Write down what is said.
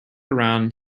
around